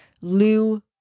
Lou